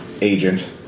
agent